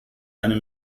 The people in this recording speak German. eine